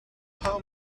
how